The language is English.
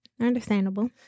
Understandable